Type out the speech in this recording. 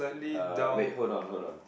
uh wait hold on hold on